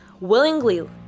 willingly